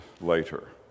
later